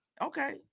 Okay